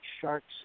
sharks